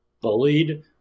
bullied